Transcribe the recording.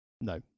No